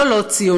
זו לא ציונות,